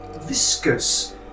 viscous